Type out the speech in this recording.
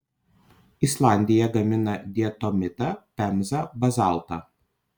islandija gamina diatomitą pemzą bazaltą